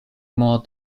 more